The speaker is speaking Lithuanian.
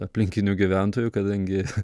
aplinkinių gyventojų kadangi